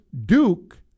Duke